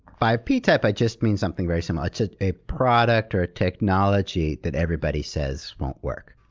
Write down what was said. by p-type i just mean something very similar. it's ah a product or a technology that everybody says won't work.